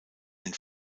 den